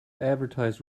advertise